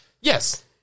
Yes